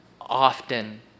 often